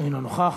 אינו נוכח.